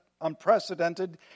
unprecedented